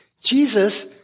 Jesus